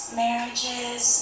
marriages